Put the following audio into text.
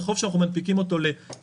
זה חוב שאנחנו מנפיקים אותו לשלוש,